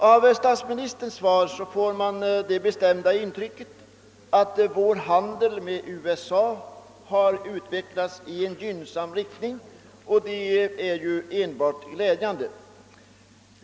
Av statsministerns svar får man det bestämda intrycket att vår handel med USA har utvecklats i gynnsam riktning, vilket ju är enbart glädjande.